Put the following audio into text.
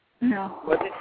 No